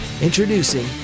Introducing